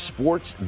Sports